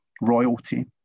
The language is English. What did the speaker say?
royalty